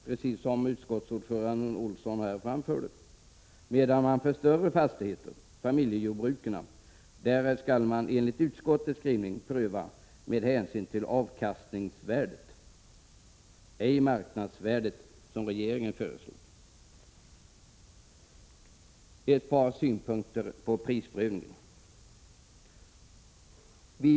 Det har också utskottsordföranden Olsson framfört. Vid försäljning av större fastigheter, familjejordbruk, skall man däremot enligt utskottets skrivning pröva priset med hänsyn till avkastningsvärdet och inte, som regeringen föreslår, med hänsyn till marknadsvärdet.